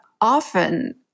often